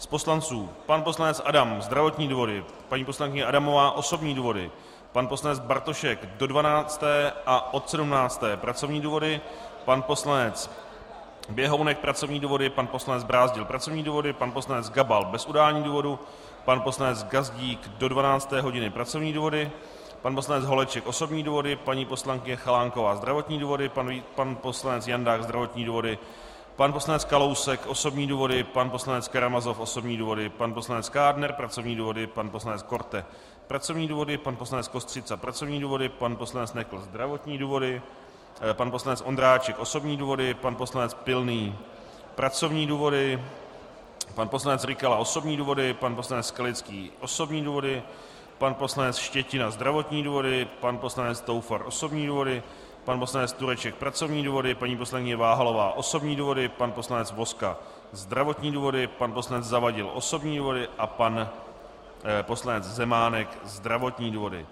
Z poslanců pan poslanec Adam zdravotní důvody, paní poslankyně Adamová osobní důvody, pan poslanec Bartošek do 12. a od 17. hodiny pracovní důvody, pan poslanec Běhounek pracovní důvody, pan poslanec Brázdil pracovní důvody, pan poslanec Gabal bez udání důvodu, pan poslanec Gazdík do 12. hodiny pracovní důvody, pan poslanec Holeček osobní důvody, paní poslankyně Chalánková zdravotní důvody, pan poslanec Jandák zdravotní důvody, pan poslanec Kalousek osobní důvody, pan poslanec Karamazov osobní důvody, pan poslanec Kádner pracovní důvody, pan poslanec Korte pracovní důvody, pan poslanec Kostřica pracovní důvody, pan poslanec Nekl zdravotní důvody, pan poslanec Ondráček osobní důvody, pan poslanec Pilný pracovní důvody, pan poslanec Rykala osobní důvody, pan poslanec Skalický osobní důvody, pan poslanec Štětina zdravotní důvody, pan poslanec Toufar osobní důvody, pan poslanec Tureček pracovní důvody, paní poslankyně Váhalová osobní důvody, pan poslanec Vozka zdravotní důvody, pan poslanec Zavadil osobní důvody, pan poslanec Zemánek zdravotní důvody.